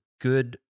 good